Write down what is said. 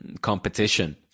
competition